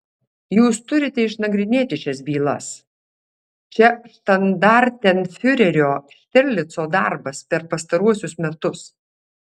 jūs turite išnagrinėti šias bylas čia štandartenfiurerio štirlico darbas per pastaruosius metus